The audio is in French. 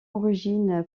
origine